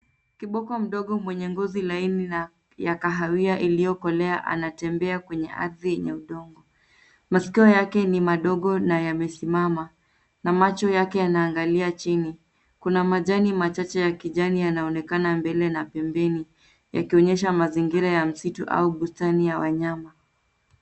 Kiboko mdogo mwenye ngozi laini na ya kahawia iliyokolea, anatembea kwenye ardhi yenye udongo .Maskio yake ni madogo na yamesimama ,na macho yake yanaangalia chini ,Kuna majani machache ya kijani yanaonekana mbele na pembeni ,yakionyesha mazingira ya msitu au bustani ya wanyama.